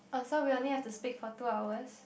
oh so we only have to speak for two hours